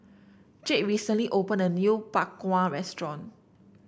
Jed recently opened a new Bak Kwa restaurant